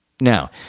Now